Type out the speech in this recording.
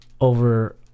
over